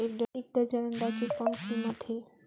एक दर्जन अंडा के कौन कीमत हे?